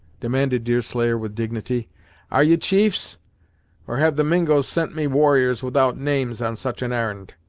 demanded deerslayer with dignity are ye chiefs or have the mingos sent me warriors without names, on such an ar'n'd?